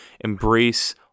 embrace